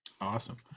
awesome